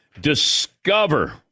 Discover